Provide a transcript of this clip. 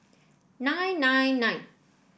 nine nine nine